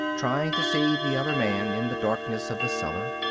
trying to see the other man in the darkness of the cellar.